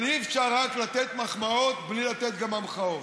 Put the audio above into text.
אי-אפשר רק לתת מחמאות בלי לתת גם המחאות.